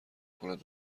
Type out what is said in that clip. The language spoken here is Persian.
کند